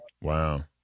Wow